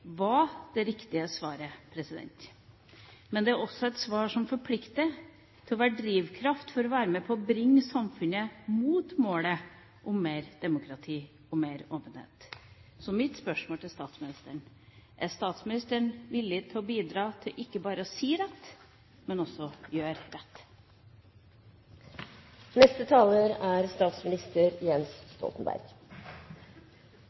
var det riktige svaret. Men det er også et svar som forplikter til å være drivkraft som skal være med på å bringe samfunnet mot målet om mer demokrati og mer åpenhet. Mitt spørsmål til statsministeren er: Er statsministeren villig til å bidra til ikke bare å si rett, men også gjøre rett? Det er